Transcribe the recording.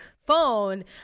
phone